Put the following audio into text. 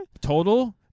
Total